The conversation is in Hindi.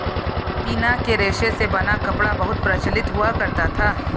पिना के रेशे से बना कपड़ा बहुत प्रचलित हुआ करता था